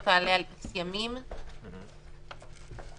אישורים של גורמים בכירים, 120 שעות.